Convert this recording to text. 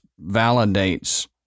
validates